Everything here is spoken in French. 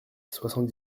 soixante